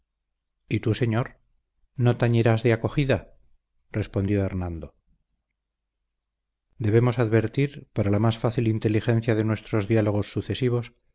y tú señor no tañerás de acogida respondió hernando debemos advertir para la más fácil inteligencia de nuestros diálogos sucesivos